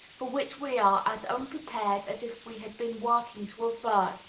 for which we are as unprepared as if we had been working to avert,